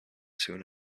soon